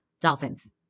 dolphins